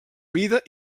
mida